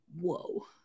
whoa